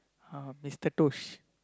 uh Mister Tosh